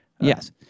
Yes